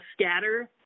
scatter